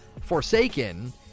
Forsaken